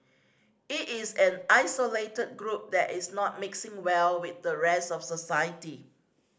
it is an isolated group that is not mixing well with the rest of society